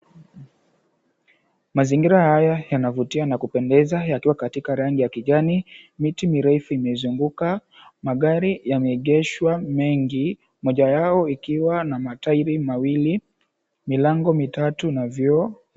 Mazingira haya yanavutia na kupendeza yakiwa katika rangi ya kijani, miti mirefu imezunguka, magari yameegeshwa mengi. Moja yao ikiwa na matairi mawili milango mitatu na vioo.